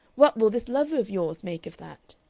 what will this lover of yours make of that?